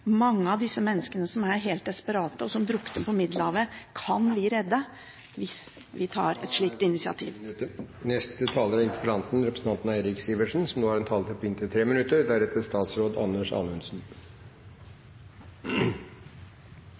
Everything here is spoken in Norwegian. Mange av disse menneskene som er helt desperate, og som drukner på Middelhavet, kan vi redde hvis vi tar et slikt initiativ. Vi kan i hvert fall være enige om etter denne debatten at det er bred enighet om at vi har